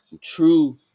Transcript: true